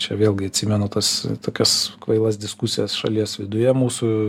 čia vėlgi atsimenu tas tokias kvailas diskusijas šalies viduje mūsų